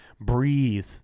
breathe